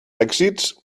èxits